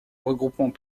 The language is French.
regroupant